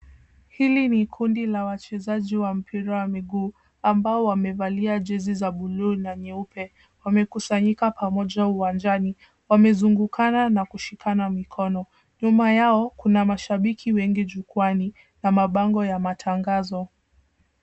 Hili ni kundi la wachezaji wa mpira wa miguu ambao wamevalia jezi za buluu na nyeupe. Wamekusanyika pamoja uwanjani wamezungukana na kushikana mikono. Nyuma yao kuna mashabiki wengi jukwaani na mabango ya matangazo.